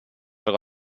algo